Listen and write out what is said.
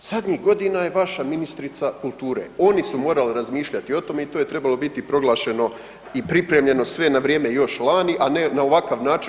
Zadnjih je godina vaša ministrica kulture, oni su morali razmišljati o tome i to je trebalo biti proglašeno i pripremljeno sve na vrijeme još lani, a ne na ovakav način.